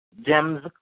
gems